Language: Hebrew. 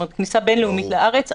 כלומר כניסה בין לאומית לארץ.